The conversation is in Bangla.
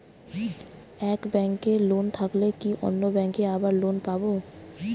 এক ব্যাঙ্কে লোন থাকলে কি অন্য ব্যাঙ্কে আবার লোন পাব?